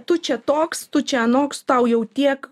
tu čia toks tu čia anoks tau jau tiek